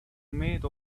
made